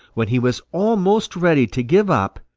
when he was almost ready to give up,